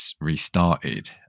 restarted